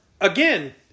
again